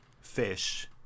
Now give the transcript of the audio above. fish